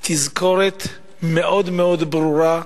תזכורת מאוד-מאוד ברורה,